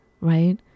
right